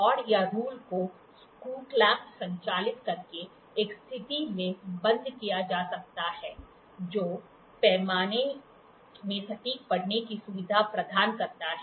rod या rule को screw clamp संचालित करके एक स्थिति में बंद किया जा सकता है जो पैमाने के सटीक पढ़ने की सुविधा प्रदान करता है